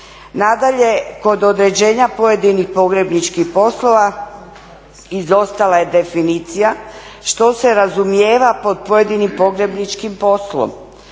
Nadalje, kod određenja pojedinih pogrebničkih poslova izostala je definicija što se razumijeva pod pojedinim pogrebničkim poslom,